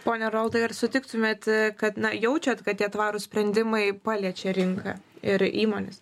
pone roltai ar sutiktumėt e kad na jaučiat kad tie tvarūs sprendimai paliečia rinką ir įmones